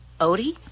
Odie